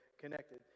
connected